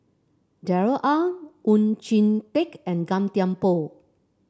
Darrell Ang Oon Jin Teik and Gan Thiam Poh